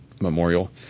Memorial